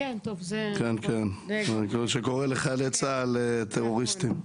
זה שקורא לחיילי צה"ל טרוריסטים.